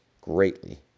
greatly